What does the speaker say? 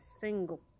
single